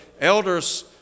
elders